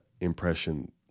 impression